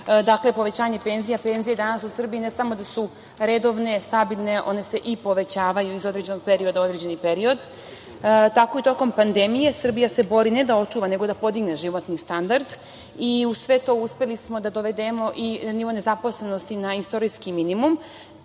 dakle, povećanje penzija. Penzije danas u Srbiji ne samo da su redovne, stabilne, one se i povećavaju iz određenog perioda u određeni period. Tako i tokom pandemije Srbija se bori ne da očuva, nego da podigne životni standard i uz sve to uspeli smo da dovedemo i nivo nezaposlenosti na istorijski minimum.